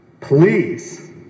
please